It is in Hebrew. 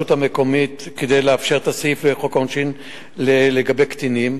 המקומית כדי לאפשר את החלת הסעיף לחוק העונשין לגבי קטינים,